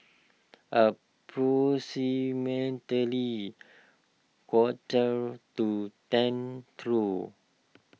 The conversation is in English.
approximately quarter to ten through